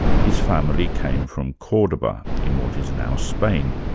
his family came from cordoba, in what is now spain.